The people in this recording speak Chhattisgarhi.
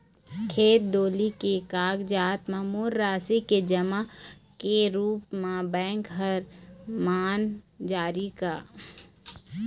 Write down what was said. खेत डोली के कागजात म मोर राशि के जमा के रूप म बैंक हर मान जाही का?